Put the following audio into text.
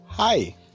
Hi